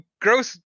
gross